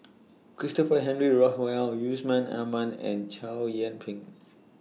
Christopher Henry Rothwell Yusman Aman and Chow Yian Ping